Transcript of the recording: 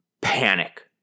Panic